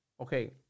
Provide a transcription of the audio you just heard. Okay